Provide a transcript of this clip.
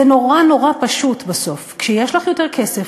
זה נורא נורא פשוט בסוף: כשיש לך יותר כסף,